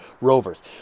rovers